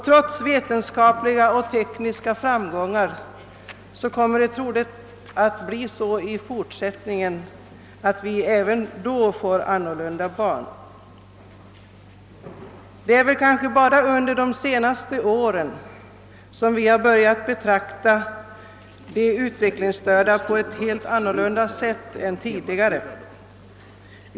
Trots vetenskapliga och tekniska framgångar kommer det troligen även i fortsättningen att bli så att vi får annorlunda barn. Det är kanske bara under de senaste åren som vi har börjat betrakta de utvecklingsstörda på ett annat sätt än tidigare.